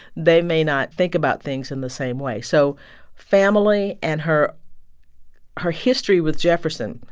they may not think about things in the same way. so family and her her history with jefferson,